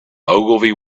ogilvy